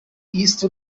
isto